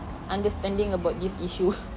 understanding about this issue